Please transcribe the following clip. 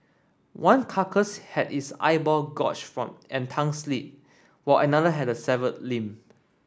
one carcass had its eyeball gorged and tongue slit while another had a severed limb